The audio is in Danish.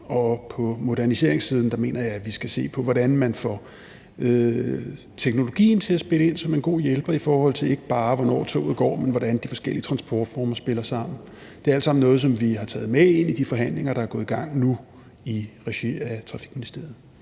på moderniseringssiden mener jeg vi skal se på, hvordan man får teknologien til at spille ind som en god hjælper, ikke bare i forhold til hvornår toget går, men hvordan de forskellige transportformer spiller sammen. Det er alt sammen noget, som vi har taget med ind i de forhandlinger, der er gået i gang nu i regi af Trafikministeriet.